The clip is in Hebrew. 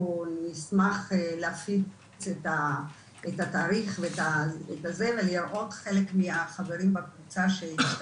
אנחנו נשמח להפיץ את התאריך ולראות חלק מהחברים בקבוצה שישתתפו.